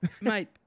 mate